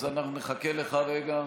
אז אנחנו נחכה לך רגע.